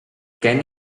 kenya